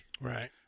Right